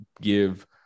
give